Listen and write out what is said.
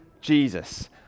Jesus